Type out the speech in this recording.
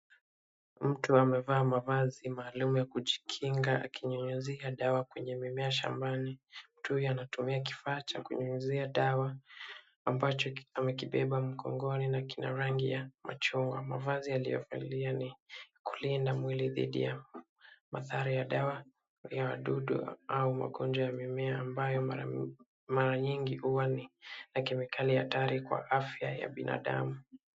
Mtu amevaa mavazi maalum ya kujikinga akinyunyizia dawa kwenye mimea shambani. Mtu huyu anatumia kifaa cha kunyunyizia dawa ambacho amekibeba mgongoni na kina rangi ya machungwa. Mavazi aliyovalia ni ya kulinda mwili dhidi ya madhara ya dawa ya wadudu au magonjwa ya mimea ambayo mara nyingi huwa na kemikali hatari kwa afya ya binadamu.